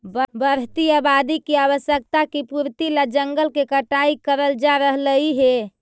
बढ़ती आबादी की आवश्यकता की पूर्ति ला जंगल के कटाई करल जा रहलइ हे